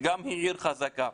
שהיא עיר חזקה,